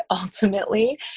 ultimately